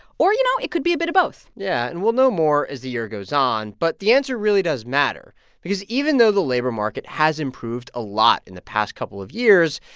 or, you know, it could be a bit of both yeah, and we'll know more as the year goes on. but the answer really does matter because even though the labor market has improved a lot in the past couple of years,